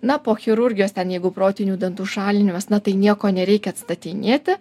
na po chirurgijos ten jeigu protinių dantų šalinimas na tai nieko nereikia atstatinėti